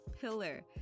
pillar